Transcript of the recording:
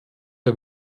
der